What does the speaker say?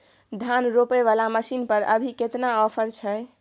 धान रोपय वाला मसीन पर अभी केतना ऑफर छै?